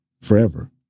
forever